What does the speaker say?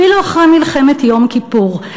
אפילו אחרי מלחמת יום כיפור,